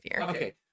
Okay